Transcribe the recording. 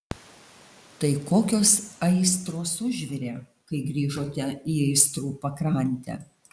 tai kokios aistros užvirė kai grįžote į aistrų pakrantę